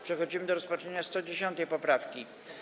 Przechodzimy do rozpatrzenia 110. poprawki.